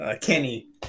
kenny